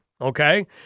Okay